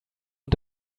und